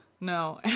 No